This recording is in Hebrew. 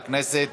לכנסת.